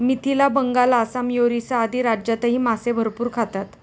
मिथिला, बंगाल, आसाम, ओरिसा आदी राज्यांतही मासे भरपूर खातात